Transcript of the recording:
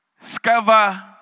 discover